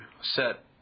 set